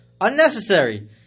unnecessary